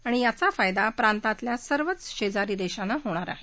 आणि याचा फायदा या प्रांतातल्या सर्वच शेजारील देशांना होणार आहे